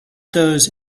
those